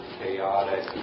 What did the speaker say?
chaotic